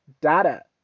data